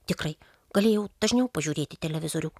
tikrai galėjau dažniau pažiūrėti televizorių